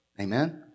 Amen